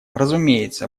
разумеется